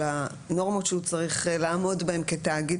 על הנורמות שהוא צריך לעמוד בהן כתאגיד.